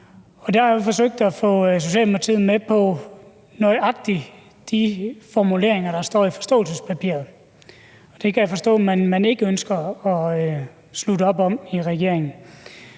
Der har vi forsøgt at få Socialdemokratiet med på nøjagtig de formuleringer, der står i forståelsespapiret, og det kan jeg forstå man ikke ønsker at slutte op om i regeringen.